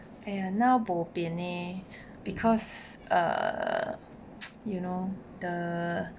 !aiya! now bo pian leh because err you know the